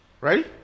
Ready